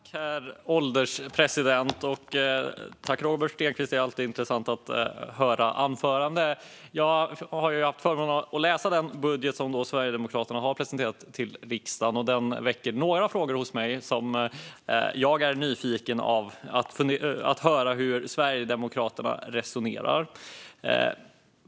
Herr ålderspresident! Det är alltid intressant att höra Robert Stenkvists anföranden. Jag har haft förmånen att läsa den budget som Sverigedemokraterna har presenterat till riksdagen. Den väcker några frågor hos mig, och jag är nyfiken på att höra hur Sverigedemokraterna resonerar.